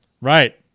Right